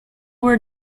were